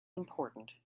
important